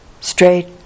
straight